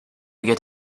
get